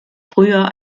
früher